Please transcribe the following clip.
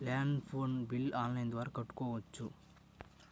Land phone bill online ద్వారా కట్టుకోవచ్చు?